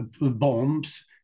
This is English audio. bombs